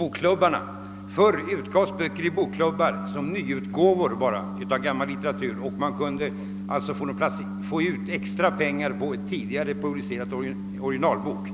av bokklubbar. Förr utgavs böcker i bokklubbar bara som nyutgåvor av tidigare publicerade original, och man kunde alltså få ut ytterligare honorar på ett verk som inte längre såldes i bokhandeln. Därför har författarna nöjt sig med låg royalty för dessa böcker.